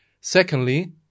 Secondly